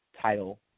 title